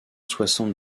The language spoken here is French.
soixante